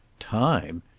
time!